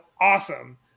awesome